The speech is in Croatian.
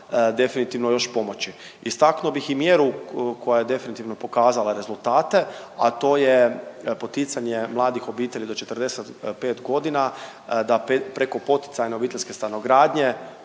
definitivno još pomoći. Istaknuo bih i mjeru koja je definitivno pokazala rezultate, a to je poticanje mladih obitelji do 45 godina da preko poticajne obiteljske stanogradnje